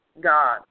God